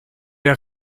der